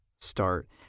start